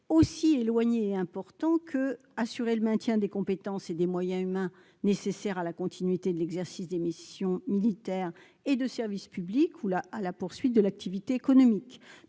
aussi éloignés et importants que : le fait d'assurer le maintien des compétences et des moyens humains nécessaires à la continuité de l'exercice des missions militaires et de service public ou à la poursuite de l'activité économique